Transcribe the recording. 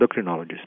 endocrinologist